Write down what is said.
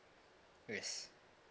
yes